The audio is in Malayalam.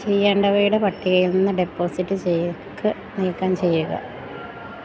ചെയ്യേണ്ടവയുടെ പട്ടികയിൽ നിന്ന് ഡെപ്പോസിറ്റ് ചെക്ക് നീക്കം ചെയ്യുക